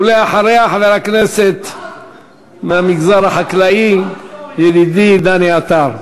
ואחריה, חבר הכנסת מהמגזר החקלאי, ידידי דני עטר.